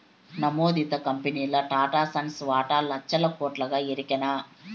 నమోదిత కంపెనీల్ల టాటాసన్స్ వాటా లచ్చల కోట్లుగా ఎరికనా